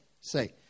Say